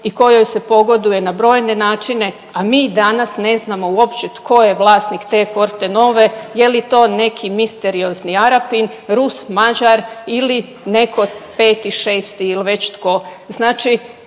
i kojoj se pogoduje na brojne načine, a mi danas uopće ne znamo tko je vlasnik te Fortenove je li to neki misteriozni Arapin, Rus, Mađar ili neko peti, šesti ili već tko.